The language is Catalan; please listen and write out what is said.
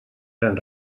gran